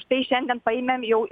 štai šiandien paėmėm jau